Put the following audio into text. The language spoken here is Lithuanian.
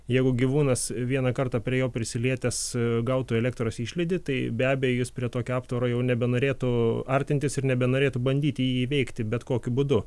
jeigu gyvūnas vieną kartą prie jo prisilietęs gautų elektros išlydį tai be abejo jis prie tokio aptvaro jau nebenorėtų artintis ir nebenorėtų bandyti jį įveikti bet kokiu būdu